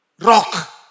rock